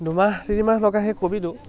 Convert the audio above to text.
দুমাহ তিনিমাহ লগা সেই কবিটো